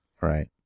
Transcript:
Right